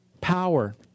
power